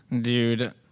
Dude